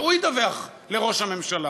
והוא ידווח לראש הממשלה?